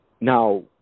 now